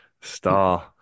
star